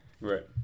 Right